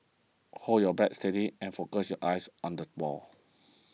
hold your bat steady and focus your eyes on the ball